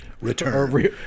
return